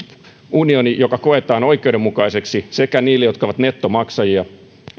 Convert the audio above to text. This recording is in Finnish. unioni joka koetaan oikeudenmukaiseksi sekä niille jotka ovat nettomaksajia